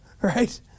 Right